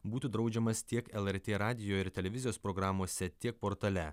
būtų draudžiamas tiek lrt radijo ir televizijos programose tiek portale